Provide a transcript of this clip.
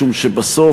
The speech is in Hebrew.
משום שבסוף,